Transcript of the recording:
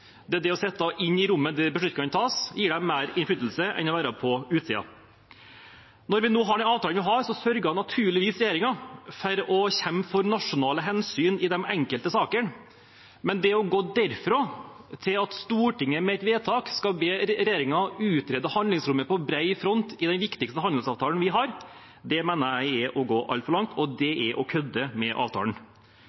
Det å sitte i rommet der beslutningene tas, gir mer innflytelse enn å være på utsiden. For det andre: Når vi nå har den avtalen vi har, sørger naturligvis regjeringen for å kjempe for nasjonale hensyn i de enkelte sakene, men å gå derfra til at Stortinget med et vedtak skal be regjeringen utrede handlingsrommet på bred front i den viktigste handelsavtalen vi har, mener jeg er å gå altfor langt. Det er å kødde med avtalen, og det